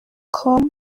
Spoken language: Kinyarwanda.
com